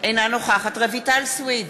אינה נוכחת רויטל סויד,